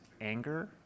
anger